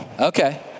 Okay